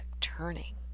turning